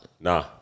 Nah